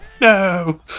No